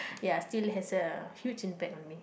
ya still has a huge impact on me